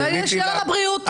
שיהיה לה לבריאות,